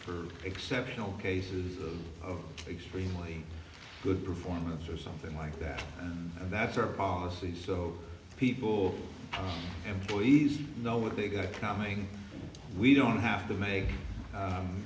and exceptional cases of extremely good performance or something like that that's our policy so people employees know what they got coming we don't have to make